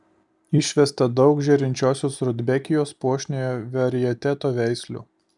išvesta daug žėrinčiosios rudbekijos puošniojo varieteto veislių